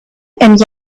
and